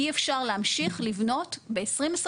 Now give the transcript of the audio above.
אי אפשר להמשיך לבנות ב-2021,